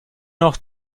noch